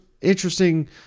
interesting